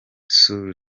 soul